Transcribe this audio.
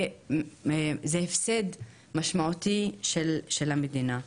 זה הפסד משמעותי של המדינה.